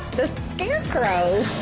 the scarecrow.